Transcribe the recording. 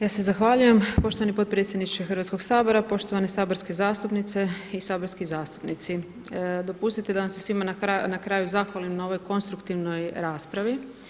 Ja se zahvaljujem, poštovani podpredsjedniče Hrvatskog sabora, poštovane saborske zastupnice i saborski zastupnici, dopustite da vam se svima na kraju zahvalim na ovoj konstruktivnoj raspravi.